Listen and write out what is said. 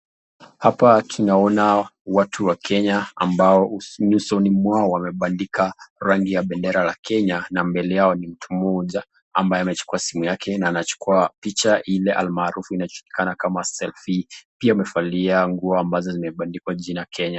Hapa tunaona watu wa kenya ambao, nyusoni mwao wamebandika rangi ya bendera la Kenya, na mbele yao ni mtu mmoja ambaye amechukua simu yake na anaachukua ile picha almaarufu inajulikana kama selfie , pia amevalia nguo ambazo zimebadikwa jina Kenya.